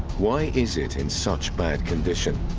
why is it in such bad condition?